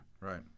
Right